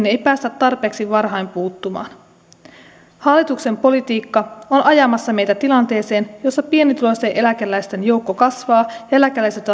ei päästä tarpeeksi varhain puuttumaan hallituksen politiikka on ajamassa meitä tilanteeseen jossa pienituloisten eläkeläisten joukko kasvaa ja eläkeläiset